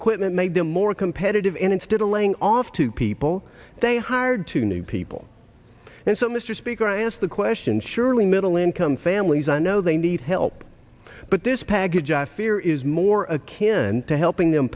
equipment made them more competitive and instead of laying off two people they hired two new people and so mr speaker i ask the question surely middle income families i know they need help but this package i fear is more a can to helping them